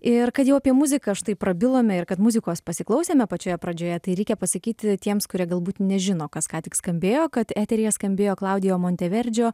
ir kad jau apie muziką štai prabilome ir kad muzikos pasiklausėme pačioje pradžioje tai reikia pasakyti tiems kurie galbūt nežino kas ką tik skambėjo kad eteryje skambėjo klaudijo monteverdžio